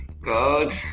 God